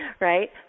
right